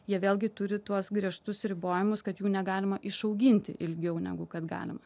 jie vėlgi turi tuos griežtus ribojimus kad jų negalima išauginti ilgiau negu kad galima